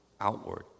outward